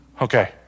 Okay